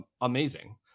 amazing